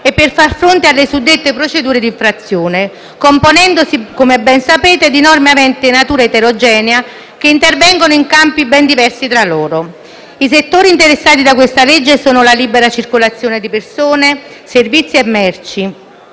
e far fronte alle suddette procedure d'infrazione, componendosi, come ben sapete, di norme aventi natura eterogenea che intervengono in campi ben diversi tra loro. I settori interessati dal disegno di legge in esame sono la libera circolazione di persone, servizi e merci,